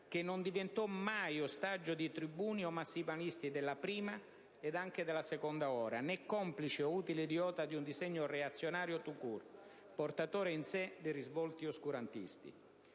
che non diventò mai ostaggio di tribuni o massimalisti della prima (e anche della seconda ora), né complice o utile idiota di un disegno reazionario *tout court*, portatore in sé di risvolti oscurantisti.